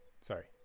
Sorry